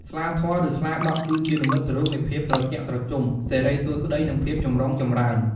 ស្លាធម៌ ឬ ស្លាដក់ គឺជានិមិត្តរូបនៃភាពត្រជាក់ត្រជុំ សិរីសួស្តី និងភាពចម្រុងចម្រើន។